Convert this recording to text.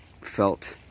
felt